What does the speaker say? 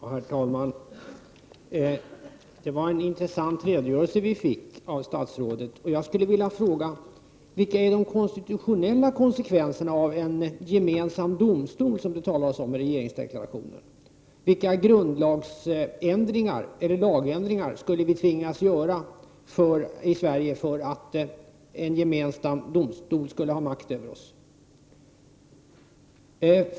Herr talman! Vi fick en intressant redogörelse av statsrådet. Vilka är de konstitutionella konsekvenserna av en gemensam domstol som det talas om i regeringsdeklarationen? Vilka lagändringar skulle vi tvingas att göra i Sverige för att en gemensam domstol skulle kunna ha makt över oss?